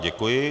Děkuji.